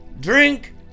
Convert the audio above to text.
drink